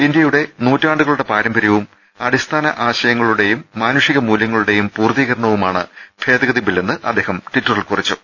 ഇന്ത്യയുടെ നൂറ്റാണ്ടുകളുടെ പാരമ്പര്യവും അടിസ്ഥാന ആശയങ്ങളുടെയും മാനുഷിക മൂല്യ ങ്ങളുടെയും പൂർത്തീകരണവുമാണ് ഭേദഗതി ബില്ലെന്ന് അദ്ദേഹം ട്ടിറ്ററിൽ കുറിച്ചു